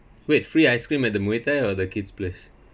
wait free ice cream at the muay thai or the kids' place